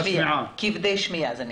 כבדי שמיעה זה נקרא.